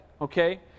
okay